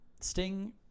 Sting